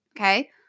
okay